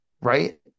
right